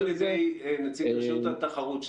גם על ידי נציג רשות התחרות,